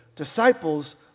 Disciples